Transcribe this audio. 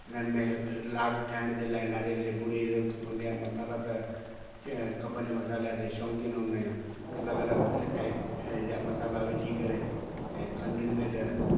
हिननि में लाग ठाहिण जे लाइ नारेल जो बूरे जी ज़रूरत पवंदी आहे मसाला त खपनि मसाला त शौक़ीन हूंदा आहियूं अलॻि अलॻि ऐं टाइप जा मसाला विझी करे ऐं खंड में त